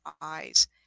eyes